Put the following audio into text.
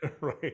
Right